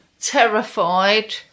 Terrified